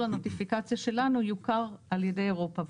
הנוטיפיקציה שלנו יוכר על ידי אירופה.